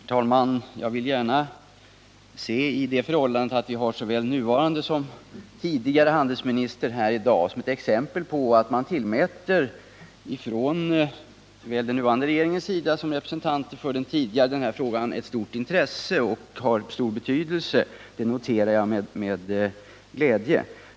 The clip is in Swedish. Herr talman! Jag vill gärna se det förhållandet att vi har såväl den nuvarande som den tidigare handelsministern här i dag som ett bevis på att både den nuvarande regeringen och representanter för den tidigare tillmäter den här frågan stort intresse och anser att den har stor betydelse — och det noterar jag med glädje.